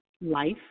life